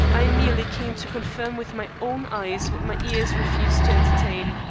i merely came to confirm with my own eyes what my ears refused to entertain.